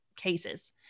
cases